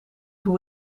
hoe